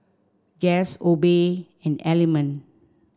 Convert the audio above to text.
Guess Obey and Element